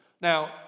Now